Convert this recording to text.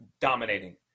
dominating